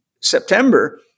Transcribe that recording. september